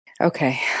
Okay